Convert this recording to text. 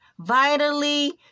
Vitally